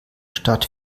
stadt